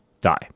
die